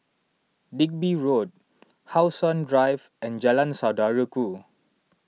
Digby Road How Sun Drive and Jalan Saudara Ku